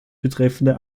betreffenden